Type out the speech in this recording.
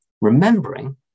remembering